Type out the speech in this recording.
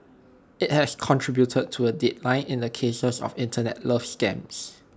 IT has contributed to A decline in the cases of Internet love scams